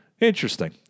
interesting